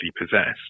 possessed